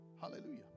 Hallelujah